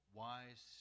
wise